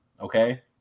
okay